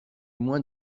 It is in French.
moins